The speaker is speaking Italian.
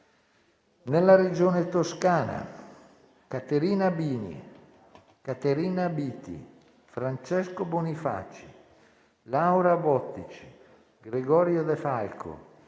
nella Regione Toscana, Caterina Bini, Caterina Biti, Francesco Bonifazi, Laura Bottici, Gregorio De Falco,